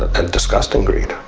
a disgusting greed.